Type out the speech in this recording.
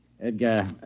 Edgar